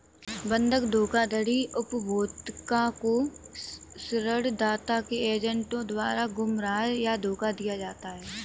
बंधक धोखाधड़ी उपभोक्ता को ऋणदाता के एजेंटों द्वारा गुमराह या धोखा दिया जाता है